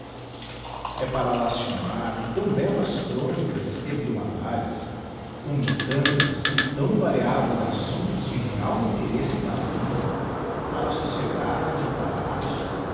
r para lastimar que tão bellas chronicas hebdomadarias onde tantos e tão variados assumptos de real interesse para a lingua para a sociedade e para a arte